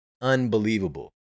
Unbelievable